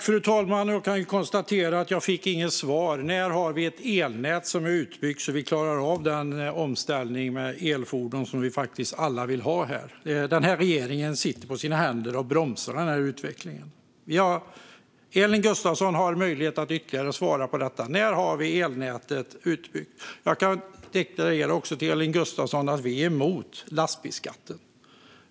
Fru talman! Jag kan konstatera att jag inte fick något svar på när Sverige har ett elnät som är utbyggt för att klara av den omställning till elfordon vi alla vill ha. Regeringen sitter på sina händer och bromsar denna utveckling. Elin Gustafsson har en möjlighet till att svara på detta. När har vi ett utbyggt elnät? Vi är emot lastbilsskatten, Elin Gustafsson.